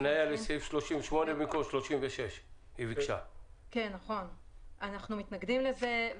ביקשה להפנות לסעיף 38 במקום לסעיף 36. אנחנו מתנגדים לזה.